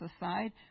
aside